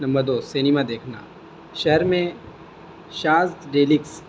number دو cinema دیکھنا شہر میں شاذ ڈیلکس